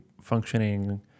functioning